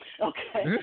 Okay